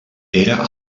era